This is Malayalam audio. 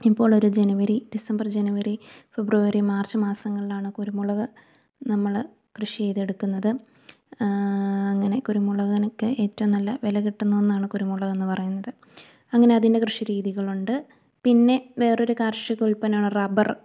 ഇപ്പോളൊരു January December January February March മാസങ്ങളിലാണ് കുരുമുളക് നമ്മള് കൃഷി ചെയ്തെടുക്കുന്നത് അങ്ങനെ കുരുമുളകിനൊക്കെ ഏറ്റവും നല്ല വില കിട്ടുന്ന ഒന്നാണ് കുരുമുളകെന്ന് പറയുന്നത് അങ്ങനെ അതിൻ്റെ കൃഷി രീതികളുണ്ട് പിന്നെ വേറൊരു കാർഷിക ഉൽപ്പന്നാണ് റബ്ബർ